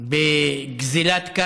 בגזלת קרקע,